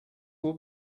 will